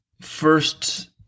first